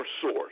source